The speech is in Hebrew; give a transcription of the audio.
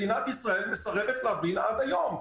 מדינת ישראל מסרבת להבין עד היום.